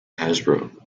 hasbro